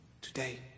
today